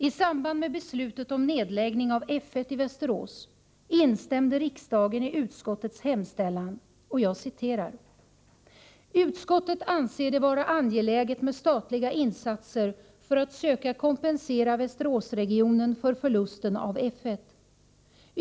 I samband med beslutet om nedläggning av F 1 i Västerås instämde riksdagen i följande uttalande av utskottet: ”Utskottet anser det vara angeläget med statliga insatser för att söka kompensera Västeråsregionen för förlusten av F 1.